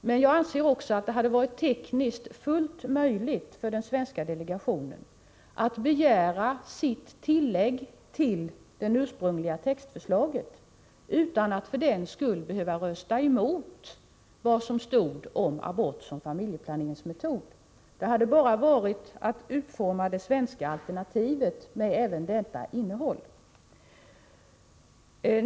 Men jag anser också att det hade varit praktiskt fullt möjligt för den svenska delegationen att begära sitt tillägg till det ursprungliga textförslaget utan att för den skull behöva rösta emot vad som 19 stod om abort som familjeplaneringsmetod. Det hade bara varit att utforma det svenska alternativet med även detta innehåll.